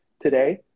today